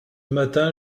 matin